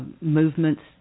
movements